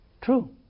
True